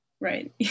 Right